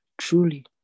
Truly